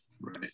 Right